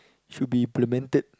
should be implemented